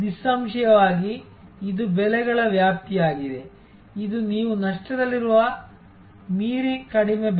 ನಿಸ್ಸಂಶಯವಾಗಿ ಇದು ಬೆಲೆಗಳ ವ್ಯಾಪ್ತಿಯಾಗಿದೆ ಇದು ನೀವು ನಷ್ಟದಲ್ಲಿರುವ ಮೀರಿ ಕಡಿಮೆ ಬೆಲೆ